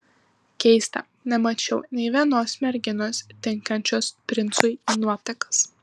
keista nemačiau nė vienos merginos tinkančios princui į nuotakas